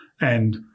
and-